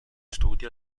studi